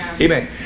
Amen